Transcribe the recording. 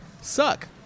suck